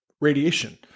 radiation